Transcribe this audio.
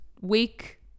week